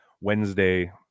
Wednesday